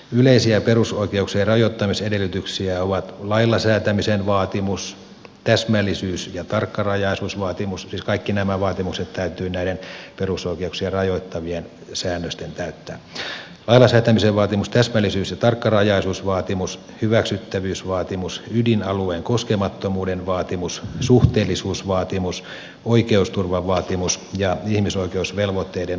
yleisiä perusoikeuksien rajoittamisedellytyksiä ovat lailla säätämisen vaatimus täsmällisyys ja tarkkarajaisuusvaatimus siis kaikki nämä vaatimukset täytyy näiden perusoikeuksia rajoittavien säännösten täyttää lailla säätämisen vaatimus täsmällisyys ja tarkkarajaisuusvaatimus hyväksyttävyysvaatimus ydinalueen koskemattomuuden vaatimus suhteellisuusvaatimus oikeusturvavaatimus ja ihmisoikeusvelvoitteiden noudattamisen vaatimus